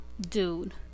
dude